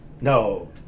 No